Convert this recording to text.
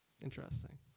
Interesting